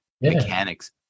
mechanics